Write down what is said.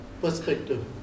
perspective